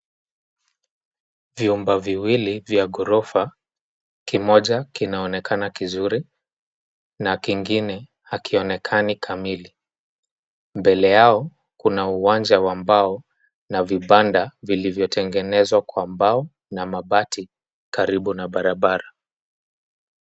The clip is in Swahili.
Vyumba viwili vya ghorofa, kimoja kinaonekana kizuri, na kingine hakionekani kamili. Mbele yao, kuna uwanja wa mbao na vibanda viliyotengenezwa kwa mbao na mabati karibu na barabra.